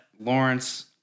Lawrence